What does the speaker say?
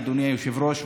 אדוני היושב-ראש,